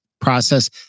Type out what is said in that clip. process